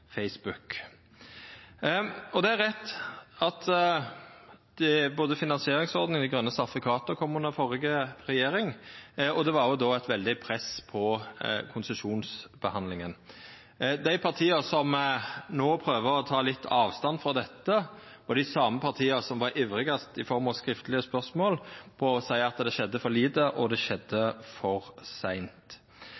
på Facebook. Det er rett at både finansieringsordninga og dei grøne sertifikata kom under førre regjering, og det var òg då eit veldig press på konsesjonsbehandlinga. Dei partia som no prøver å ta litt avstand frå dette, var dei same partia som var ivrigast i form av skriftlege spørsmål på å seia at det skjedde for lite, og det skjedde